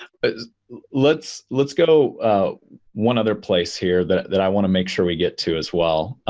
but let's let's go one other place here that that i want to make sure we get to as well.